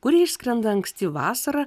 kur išskrenda anksti vasarą